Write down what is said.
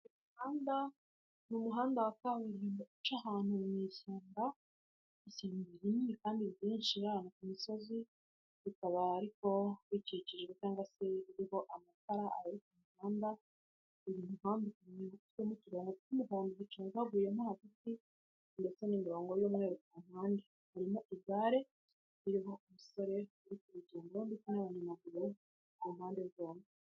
Handa mu umuhanda wa kaburimbo uca ahantu mu ishyamba, ishyamba rinini kandi ryinshira ku misozi bikaba ariko bikikije cyangwa se uriho amatara ari kugamba uyuvanbutuwe n'turuhukow'umuhondo ucagaguye hagati ndetse n'imirongo y'umweru ku ruhande harimo igare umusore uri ku rugendo n'abanyamaguru ku mpande zombi.